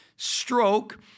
stroke